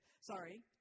sorry